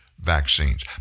vaccines